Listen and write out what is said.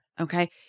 okay